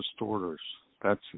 distorters—that's